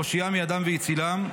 והושיעם מידם והצילם,